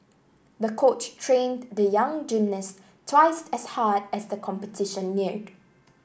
the coach trained the young gymnast twice as hard as the competition neared